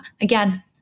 again